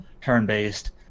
turn-based